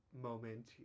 moment